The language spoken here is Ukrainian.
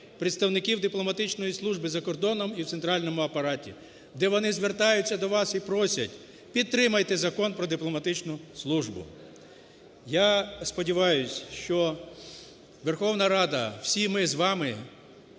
представників дипломатичної служби за кордоном і в центральному апараті, де вони звертаються до вас і просять: "Підтримайте Закон про дипломатичну службу". Я сподіваюсь, що Верховна Рада, всі ми з вами,